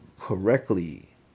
correctly